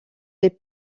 les